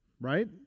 right